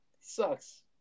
Sucks